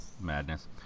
Madness